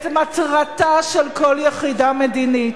את מטרתה של כל יחידה מדינית,